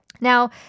Now